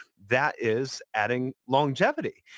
that is adding longevity.